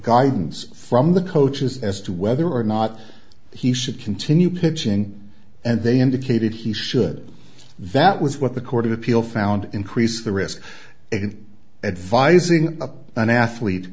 guidance from the coaches as to whether or not he should continue pitching and they indicated he should that was what the court of appeal found increase the risk in advising an athlete